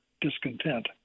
discontent